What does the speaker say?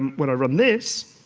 when i run this,